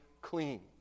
clean